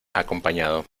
acompañado